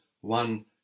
one